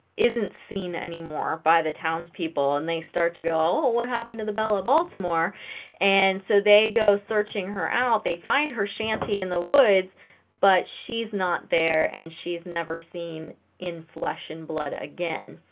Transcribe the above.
isn't seen anymore by the townspeople and they start to go what happened to the belle of baltimore and so they go searching her out they find her shanty in the woods but she's not there and she's never seen in flesh and blood again